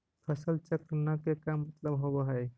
फसल चक्र न के का मतलब होब है?